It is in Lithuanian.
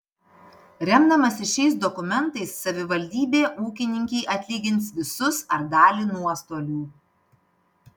remdamasi šiais dokumentais savivaldybė ūkininkei atlygins visus ar dalį nuostolių